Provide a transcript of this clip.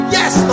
Yes